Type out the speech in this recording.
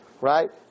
Right